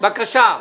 בבקשה.